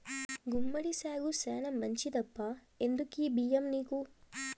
గుమ్మడి సాగు శానా మంచిదప్పా ఎందుకీ బయ్యం నీకు